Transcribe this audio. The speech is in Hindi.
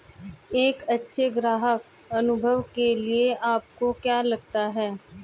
एक अच्छे ग्राहक अनुभव के लिए आपको क्या लगता है?